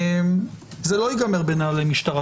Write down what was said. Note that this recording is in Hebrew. זה לא ייגמר בנהלי משטרה.